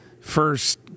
first